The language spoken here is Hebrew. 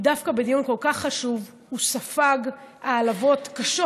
כי דווקא בדיון כל כך חשוב הוא ספג העלבות קשות